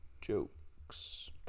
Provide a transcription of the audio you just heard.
Jokes